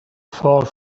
fault